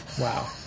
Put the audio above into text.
Wow